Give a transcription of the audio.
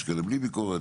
יש כאלה בלי ביקורת,